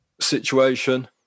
situation